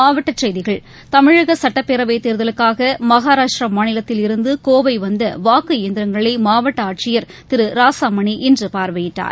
மாவட்ட செய்திகள் தமிழக சுட்டப்பேரவை தேர்தலுக்காக மகாராஷ்டிரா மாநிலத்தில் இருந்து கோவை வந்த வாக்கு இயந்திரங்களை மாவட்ட ஆட்சியர் திரு ராசாமணி இன்று பார்வையிட்டார்